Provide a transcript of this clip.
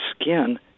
skin